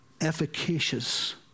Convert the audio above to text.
efficacious